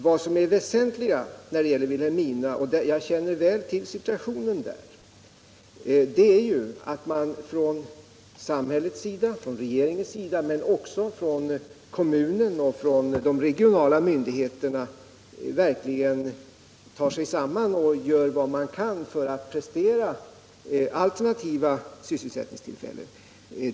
Vad som är det väsentliga när det gäller Vilhelmina — och jag känner väl till situationen där — är att man från samhällets sida, från regeringen men också från kommunen och de regionala myndigheterna, verkligen tar sig samman och gör vad man kan för att prestera alternativa sysselsättningstillfällen.